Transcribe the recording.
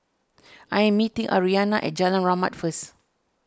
I am meeting Arianna at Jalan Rahmat first